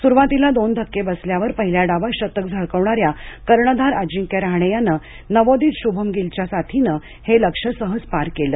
सुरुवातीला दोन धक्के बसल्यावर पहिल्या डावात शतक झळकावणाऱ्या कर्णधार अजिंक्य रहाणे यानं नवोदित शुभम गिलच्या साथीनं हे लक्ष्य सहज पार केलं